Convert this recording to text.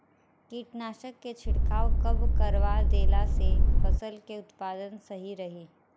कीटनाशक के छिड़काव कब करवा देला से फसल के उत्पादन सही रही?